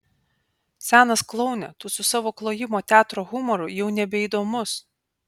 senas kloune tu su savo klojimo teatro humoru jau nebeįdomus